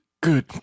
good